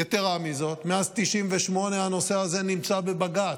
יתרה מזאת, מאז 1998 הנושא הזה נמצא בבג"ץ.